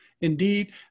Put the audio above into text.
indeed